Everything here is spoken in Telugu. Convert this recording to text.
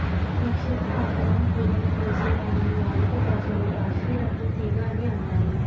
నక్షత్ర ఆకారం పూలను పూసే తీగని వాడుక భాషలో కాశీ రత్నం తీగ అని అంటారు